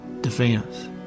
defense